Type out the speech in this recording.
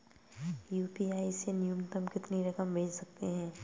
UPI से न्यूनतम कितनी रकम भेज सकते हैं?